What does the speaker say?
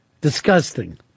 Disgusting